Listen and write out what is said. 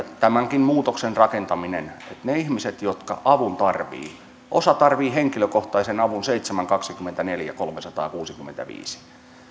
tämänkin muutoksen rakentaminen lähtee siitä että ne ihmiset jotka avun tarvitsevat osa tarvitsee henkilökohtaisen avun seitsemän kautta kaksikymmentäneljä kolmesataakuusikymmentäviisi